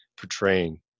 portraying